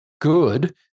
good